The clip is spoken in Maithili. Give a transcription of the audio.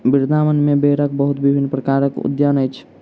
वृन्दावन में बेरक बहुत विभिन्न प्रकारक उद्यान अछि